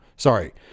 Sorry